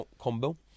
combo